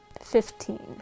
Fifteen